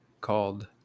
called